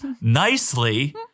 nicely